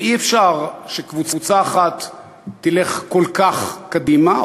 ואי-אפשר שקבוצה אחת תלך כל כך קדימה,